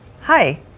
Hi